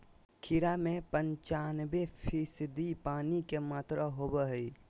खीरा में पंचानबे फीसदी पानी के मात्रा होबो हइ